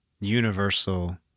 universal